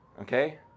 Okay